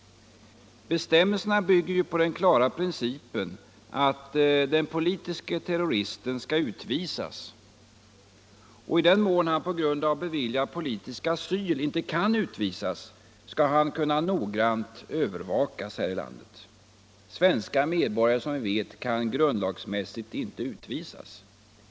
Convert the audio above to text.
Bestämmelserna bygger ju på den klara principen att den politiske terroristen skall utvisas, och i den mån han på grund av beviljad politisk asyl inte kan utvisas skall han kunna noggrant övervakas här i landet. Svensk medborgare kan, som vi vet, grundlagsmässigt inte utvisas.